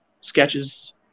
sketches